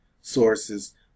Sources